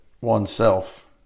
oneself